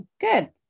Good